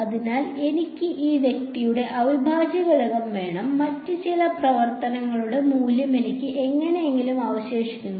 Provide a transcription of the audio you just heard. അതിനാൽ എനിക്ക് ഈ വ്യക്തിയുടെ അവിഭാജ്യഘടകം വേണം മറ്റ് ചില പ്രവർത്തനങ്ങളുടെ മൂല്യം എനിക്ക് എങ്ങനെയെങ്കിലും അവശേഷിക്കുന്നു